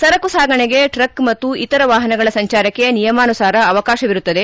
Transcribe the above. ಸರಕು ಸಾಗಾಣೆಗೆ ಟ್ರಕ್ ಮತ್ತು ಇತರ ವಾಹನಗಳ ಸಂಜಾರಕ್ಕೆ ನಿಯಮಾನುಸಾರ ಅವಕಾಶವಿರುತ್ತದೆ